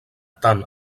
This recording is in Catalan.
tant